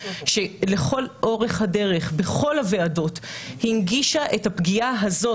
שלכל אורך הדרך בכל הוועדות הנגישה את הפגיעה הזאת